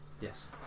Yes